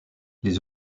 les